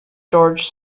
george